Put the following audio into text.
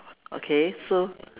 okay so